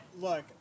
look